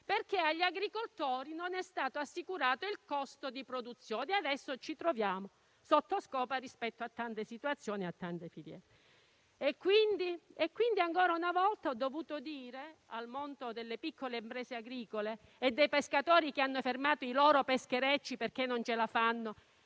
perché agli agricoltori non è stato assicurato il costo di produzione e adesso ci troviamo sotto scacco rispetto a tante situazioni e a tante filiere. Quindi ancora una volta ho dovuto dire al mondo delle piccole imprese agricole e dei pescatori, che hanno fermato i loro pescherecci perché non ce la fanno